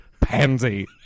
pansy